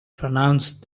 pronounced